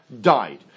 died